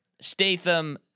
Statham